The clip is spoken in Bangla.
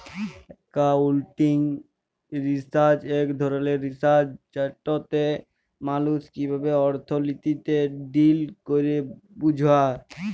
একাউলটিং রিসার্চ ইক ধরলের রিসার্চ যেটতে মালুস কিভাবে অথ্থলিতিতে ডিল ক্যরে বুঝা